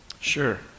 Sure